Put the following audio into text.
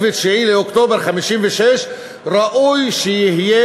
שהתאריך 29 באוקטובר 1956 ראוי שיהיה